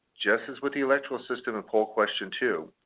just as with the electrical system in poll question two,